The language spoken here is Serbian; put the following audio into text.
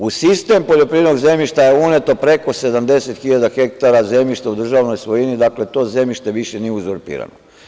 U sistem poljoprivrednog zemljišta je uneto preko 70.000 hektara zemljišta u državnoj svojini, dakle to zemljište više nije uzurpirano.